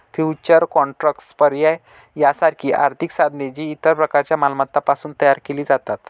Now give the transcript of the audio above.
futures contracts, पर्याय यासारखी आर्थिक साधने, जी इतर प्रकारच्या मालमत्तांपासून तयार केली जातात